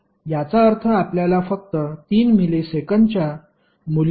याचा अर्थ आपल्याला फक्त 3 मिलिसेकंदच्या मूल्यासह t पुनर्स्थित करावे लागेल